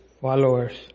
followers